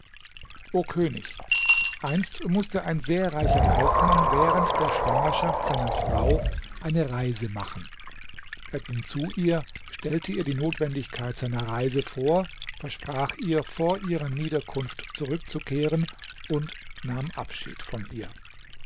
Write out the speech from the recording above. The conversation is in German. o könig einst mußte ein sehr reicher kaufmann während der schwangerschaft seiner frau eine reise machen er ging zu ihr stellte ihr die notwendigkeit seiner reise vor versprach ihr vor ihrer niederkunft zurückzukehren und nahm abschied von ihr